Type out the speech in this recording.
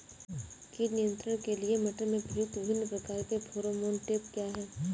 कीट नियंत्रण के लिए मटर में प्रयुक्त विभिन्न प्रकार के फेरोमोन ट्रैप क्या है?